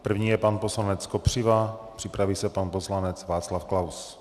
První je pan poslanec Kopřiva, připraví se pan poslanec Václav Klaus.